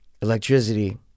Electricity